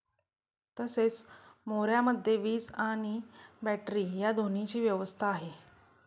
तसेच मोऱ्यामध्ये वीज आणि बॅटरी या दोन्हीची व्यवस्था आहे